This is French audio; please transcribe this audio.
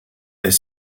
est